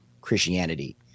Christianity